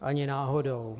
Ani náhodou.